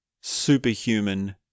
superhuman